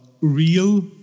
real